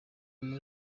kuri